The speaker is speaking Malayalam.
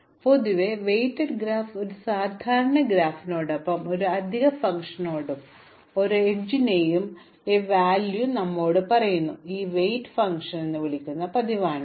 അതിനാൽ പൊതുവേ വെയ്റ്റഡ് ഗ്രാഫ് ഒരു സാധാരണ ഗ്രാഫിനൊപ്പം ഒരു അധിക ഫംഗ്ഷനോടൊപ്പം ഓരോ എഡ്ജിന്റെയും വില നമ്മോട് പറയുന്നു ഇതിനെ ഒരു വെയിറ്റ് ഫംഗ്ഷൻ എന്ന് വിളിക്കുന്നത് പതിവാണ്